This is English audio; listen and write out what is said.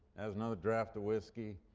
has another draught of whiskey,